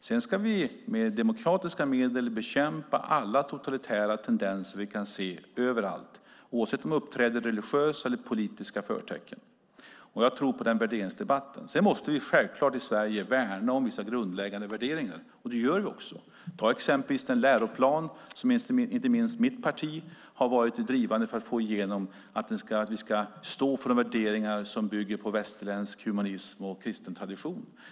Sedan ska vi med demokratiska medel bekämpa alla totalitära tendenser vi kan se överallt, oavsett om de uppträder med religiösa eller politiska förtecken. Jag tror på den värderingsdebatten. I Sverige måste vi självklart värna om vissa grundläggande värderingar, och det gör vi också. Ta exempelvis den läroplan där inte minst mitt parti har varit drivande för att vi få igenom att skolan ska stå för värderingar som bygger på västerländsk humanism och kristen tradition.